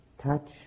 touch